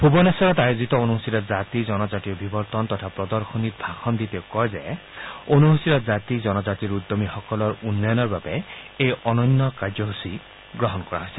ভূৰনেশ্বৰত আয়োজিত অনুসূচিত জাতি জনজাতি অভিৱৰ্তন তথা প্ৰদশনীত ভাষণ দি তেওঁ কয় যে অনুসূচিত জাতি জনজাতিৰ উদ্যমীসকলৰ উন্নয়নৰ বাবে এই অনন্য কাৰ্যসূচী গ্ৰহণ কৰা হৈছে